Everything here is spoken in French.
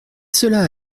cela